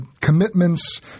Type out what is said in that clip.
commitments